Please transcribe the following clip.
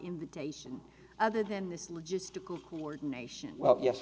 invitation other than this logistical coordination well yes